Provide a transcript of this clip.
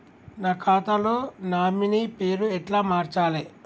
నా ఖాతా లో నామినీ పేరు ఎట్ల మార్చాలే?